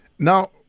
Now